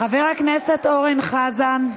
חבר הכנסת אורן חזן,